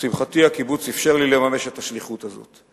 לשמחתי, הקיבוץ אפשר לי לממש את השליחות הזאת.